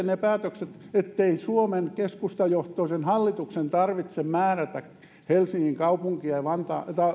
ne päätökset ettei suomen keskustajohtoisen hallituksen tarvitse määrätä helsingin kaupunkia ja